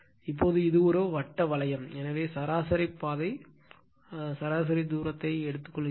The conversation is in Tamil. இப்போது இது ஒரு வட்ட வளையம் எனவே சராசரி பாதை சராசரி தூரத்தை எடுக்கும்